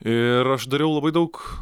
ir aš dariau labai daug